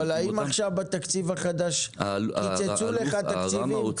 האם עכשיו בתקציב החדש קיצצו לך תקציבים,